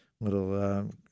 little